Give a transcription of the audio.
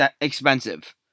expensive